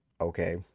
Okay